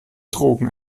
drogen